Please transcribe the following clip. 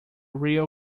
real